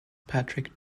patrick